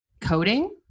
coding